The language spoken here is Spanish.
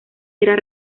eran